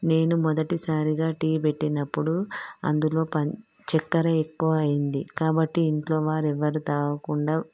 నేను మొదటిసారిగా టీ పెట్టినప్పుడు అందులో పం చక్కెర ఎక్కువ అయింది కాబట్టి ఇంట్లో వారెవరు తాగకుండా